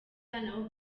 naho